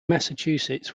massachusetts